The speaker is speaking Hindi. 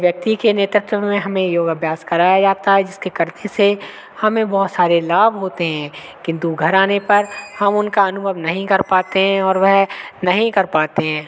व्यक्ति के नेतृत्व में हमें योग अभ्यास कराया जाता है जिसके करने से हमें बहुत सारे लाभ होते हैं किन्तु घर आने पर हम उनका अनुभव नहीं कर पाते हैं और वह नहीं कर पाते हैं